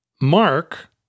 Mark